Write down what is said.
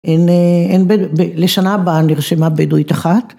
‫לשנה הבאה נרשמה בדואית אחת.